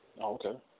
Okay